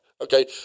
okay